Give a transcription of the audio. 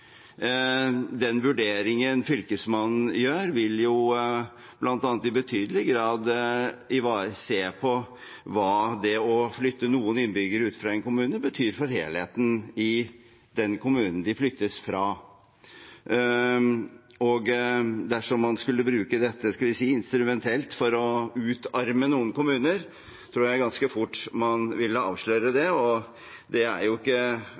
Den vurderingen Fylkesmannen gjør, vil bl.a. i betydelig grad være å se på hva det å flytte noen innbyggere ut fra en kommune betyr for helheten i den kommunen de flyttes fra. Dersom man skulle bruke dette – skal vi si – instrumentelt for å utarme noen kommuner, tror jeg ganske fort man ville avsløre det. Det er jo ikke